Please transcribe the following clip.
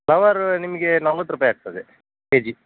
flower ನಿಮಗೆ ನಲ್ವತ್ತು ರೂಪಾಯಿ ಆಗ್ತದೆ ಕೆ ಜಿ